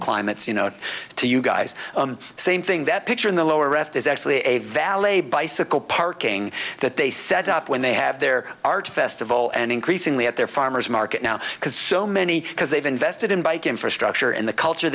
climates you know to you guys same thing that picture in the lower left is actually a valet bicycle parking that they set up when they have their art festival and increasingly at their farmer's market now because so many because they've invested in bike infrastructure and the culture